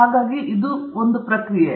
ಆದ್ದರಿಂದ ಅದು ಪ್ರಕ್ರಿಯೆ